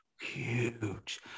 huge